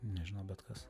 nežinau bet kas